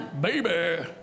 Baby